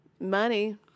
money